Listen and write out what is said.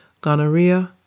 gonorrhea